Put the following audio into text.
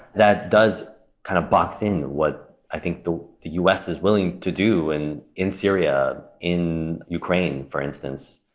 that does kind of box in what i think the the us is willing to do and in syria, in ukraine, for instance,